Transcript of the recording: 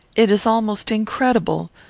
it is almost incredible,